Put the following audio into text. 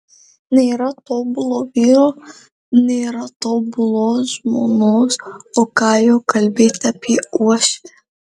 nėra tobulo vyro nėra tobulos žmonos o ką jau kalbėti apie uošvę